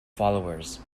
followers